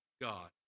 God